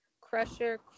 crusher